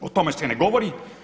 O tome se ne govori.